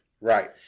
Right